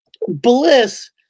Bliss